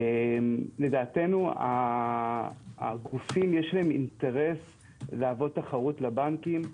לדעתנו הגופים יש להם אינטרס להוות תחרות לבנקים.